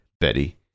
Betty